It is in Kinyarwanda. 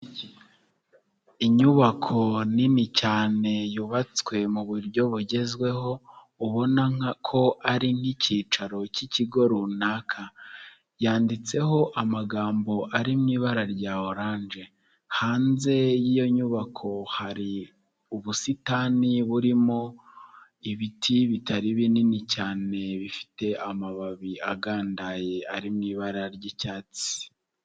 Inyubako nini cyane yubatswe mu buryo bugezweho ubona ko ari nk'icyicaro cy'ikigo runaka, yanditseho amagambo ari mu ibara rya oranje, hanze y'iyo nyubako hari ubusitani burimo ibiti bitari binini cyane bifite amababi agandaye ari mu ibara ry'icyatsi.